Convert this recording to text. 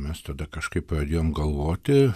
mes tada kažkaip pradėjom galvoti